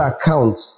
account